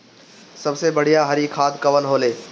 सबसे बढ़िया हरी खाद कवन होले?